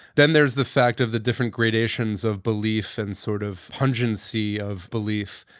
then there's the fact of the different gradations of belief and sort of pungency of belief.